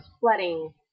flooding